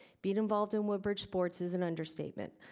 being involved in woodbridge sports is an understatement.